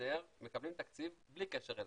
אשר מקבלים תקציב בלי קשר אלינו.